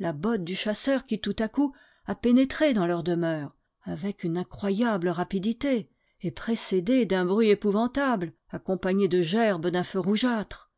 la botte du chasseur qui tout à coup a pénétré dans leur demeure avec une incroyable rapidité et précédée d'un bruit épouvantable accompagné de gerbes d'un feu rougeâtre